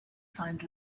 find